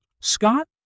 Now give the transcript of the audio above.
Scott